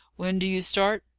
when do you start?